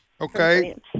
Okay